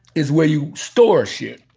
is where you store shit,